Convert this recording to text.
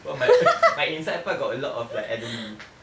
not my my inside part got a lot of like elderly